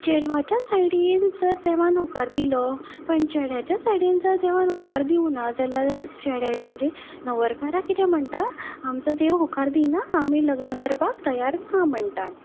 चेडवाच्या सायडीन जर देवान होकार दिलो पूण चेड्याच्या सायडीन जर देवान होकार दिवना जाल्यार चेड्याची म्हणजे न्हवरकारा किदें म्हणटा आमचो देव होकार दिना आमी लग्न करपाक तयार ना म्हणटा